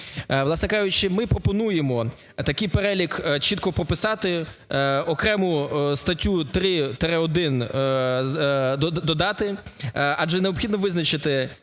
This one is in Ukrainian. Власне кажучи, ми пропонуємо такий перелік чітко прописати, окрему статтю 3-1 додати. Адже необхідно визначити